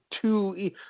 two